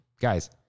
Guys